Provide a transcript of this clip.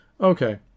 okay